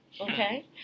Okay